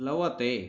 प्लवते